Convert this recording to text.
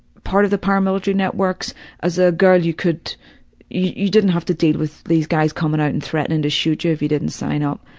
part of the paramilitary networks as a girl you could you didn't have to deal with these guys coming out and threatening to shoot you if you didn't sign up.